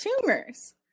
tumors